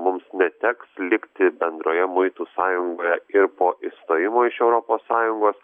mums neteks likti bendroje muitų sąjungoje ir po išstojimo iš europos sąjungos